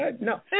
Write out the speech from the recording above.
No